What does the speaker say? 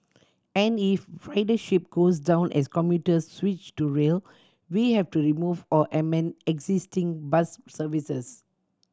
and if ridership goes down as commuters switch to rail we have to remove or amend existing bus services